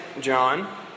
John